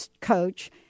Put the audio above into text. coach